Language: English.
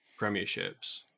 premierships